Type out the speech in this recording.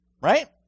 right